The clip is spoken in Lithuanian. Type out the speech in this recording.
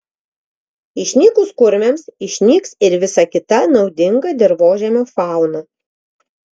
išnykus kurmiams išnyks ir visa kita naudinga dirvožemio fauna